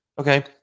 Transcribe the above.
Okay